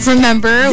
Remember